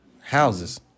houses